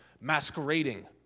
masquerading